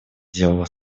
делала